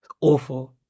Awful